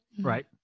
Right